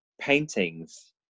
paintings